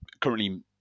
currently